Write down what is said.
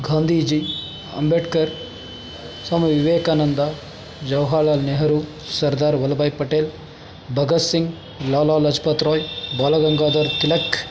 Gandhiji Ambedkar Swami Vivekananda Jawaharlal Nehru Sardar Vallabhbhai Patel Bhagat Singh Lala Lajpat Rai Balgangadhar Tilak